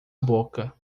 boca